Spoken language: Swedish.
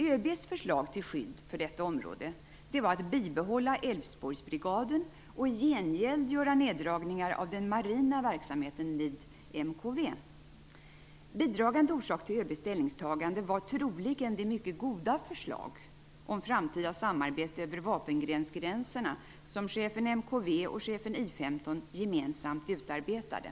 ÖB:s förslag till skydd för detta område var att behålla Älvsborgsbrigaden och i gengäld göra neddragningar av den marina verksamheten vid MKV. En bidragande orsak till ÖB:s ställningstagande var troligen det mycket goda förslag om framtida samarbete över vapengrensgränserna som cheferna för MKV och I 15 gemensamt utarbetade.